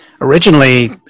Originally